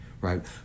right